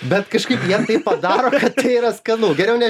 bet kažkaip ne taip padaro tai yra skanu geriau ne